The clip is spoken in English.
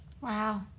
wow